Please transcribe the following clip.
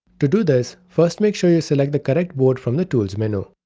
to do this, first, make sure you select the correct board from the tools menu.